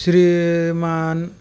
श्रीमान